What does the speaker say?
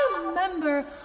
remember